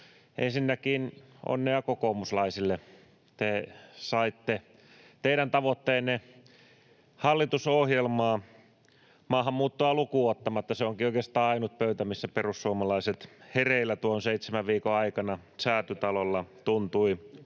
Ensinnäkin onnea kokoomuslaisille. Te saitte teidän tavoitteenne hallitusohjelmaan maahanmuuttoa lukuun ottamatta. Se onkin oikeastaan ainut pöytä, missä perussuomalaiset tuon seitsemän viikon aikana Säätytalolla tuntuivat